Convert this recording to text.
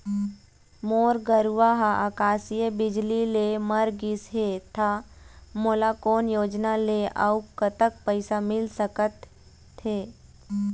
मोर गरवा हा आकसीय बिजली ले मर गिस हे था मोला कोन योजना ले अऊ कतक पैसा मिल सका थे?